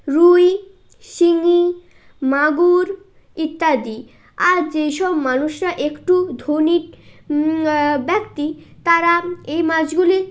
রুই শিঙি মাগুর ইত্যাদি আর যেসব মানুষরা একটু ধনী ব্যক্তি তারা এই মাছগুলি